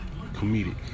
comedic